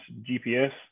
GPS